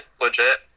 Legit